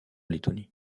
lettonie